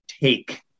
take